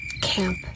Camp